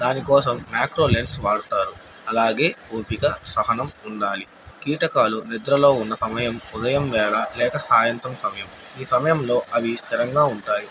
దానికోసం macro lens వాడతారు అలాగే ఓపిక సహనం ఉండాలి కీటకాలు నిద్రలో ఉన్న సమయం ఉదయం వేళ లేక సాయంతం సమయం ఈ సమయంలో అవి స్థిరంగా ఉంటాయి